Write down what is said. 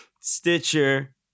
Stitcher